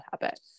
habit